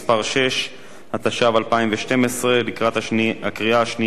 התשע"ב 2012, לקריאה שנייה ולקריאה שלישית.